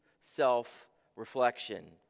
self-reflection